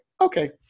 okay